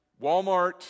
Walmart